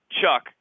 Chuck